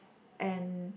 and